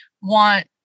want